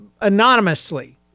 anonymously